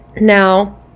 now